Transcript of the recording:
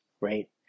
right